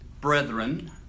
brethren